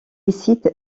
cite